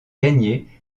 gagné